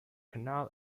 canal